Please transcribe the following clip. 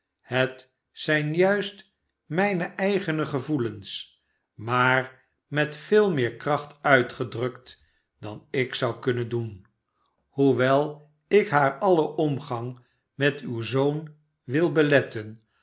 het zijn juist mijne eigene gevoelens maar met veel meer kracht uitgedrukt dan ik zou kunnen doen shoewel ik haar alien omgang met uw zoon wil beletten